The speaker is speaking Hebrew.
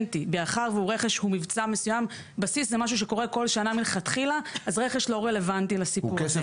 ואז הליקויים כל הזמן חוזרים על עצמם